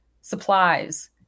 supplies